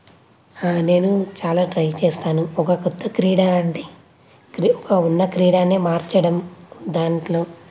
నేను చాలా ట్రై చేస్తాను ఒక క్రొత్త క్రీడా అండి ఉన్న క్రీడనే మార్చడం దాంట్లో